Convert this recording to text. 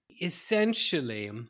Essentially